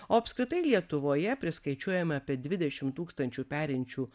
o apskritai lietuvoje priskaičiuojama apie dvidešim tūkstančių perinčių